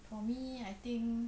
for me I think